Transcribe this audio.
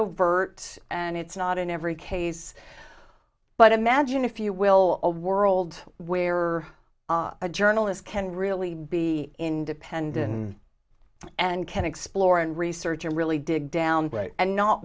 overt and it's not in every case but imagine if you will a world where a journalist can really be independent and can explore and research and really dig down and not